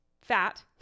fat